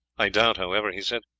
i doubt, however, he said,